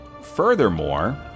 Furthermore